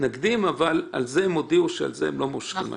מתנגדים אבל על זה הם הודיעו שהם לא מושכים.